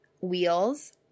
Wheels